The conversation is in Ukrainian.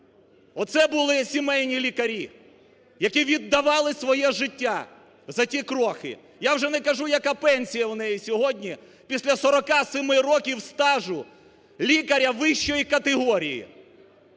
Оце були сімейні лікарі, які віддавали своє життя за ті крохи. Я вже не кажу, яка пенсія в неї сьогодні після 47 років стажу лікаря вищої категорії.